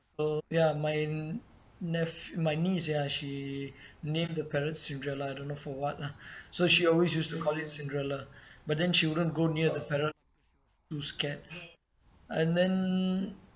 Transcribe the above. so ya my neph~ my niece ya she named the parrot cinderella I don't know for [what] lah so she always used to call it cinderella but then she wouldn't go near the parrot too scared and then